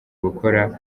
gukora